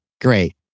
great